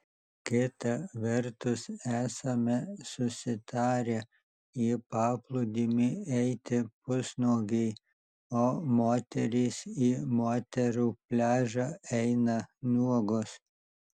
kita vertus esame susitarę į paplūdimį eiti pusnuogiai o moterys į moterų pliažą eina nuogos